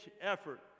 effort